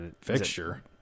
Fixture